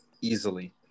easily